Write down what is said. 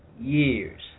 years